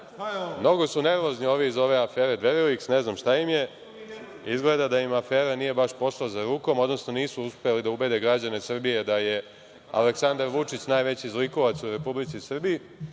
su nervozni ovi iz ove afere Dveriliks, ne znam šta im je, izgleda da im afera nije baš pošla za rukom, odnosno nisu uspeli da ubede građane Srbije da je Aleksandar Vučić najveći zlikovac u Republici Srbiji